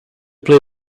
play